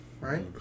right